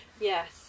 yes